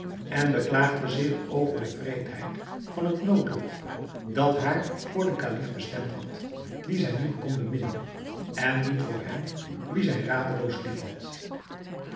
en beklaagde zich over de wreedheid van het noodlot dat haar voor den kalif bestemd had dien zij niet kon beminnen en niet voor hem wien zij radeloos liefhad